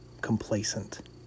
complacent